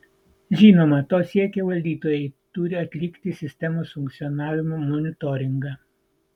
žinoma to siekią valdytojai turi atlikti sistemos funkcionavimo monitoringą